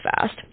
fast